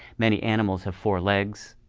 many animals have four legs,